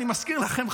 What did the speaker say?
אני מזכיר לכם,